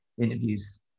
interviews